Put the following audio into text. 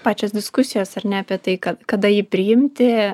pačios diskusijos ar ne apie tai kad kada jį priimti